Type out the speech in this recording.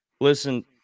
Listen